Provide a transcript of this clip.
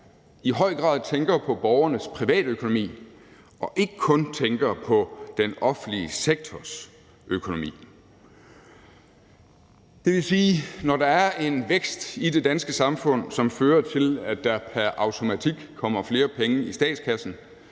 i høj grad tænker på borgernes privatøkonomi og ikke kun tænker på den offentlige sektors økonomi. Det vil sige, at når der er vækst i det danske samfund, som fører til, at der pr. automatik kommer flere penge i statskassen,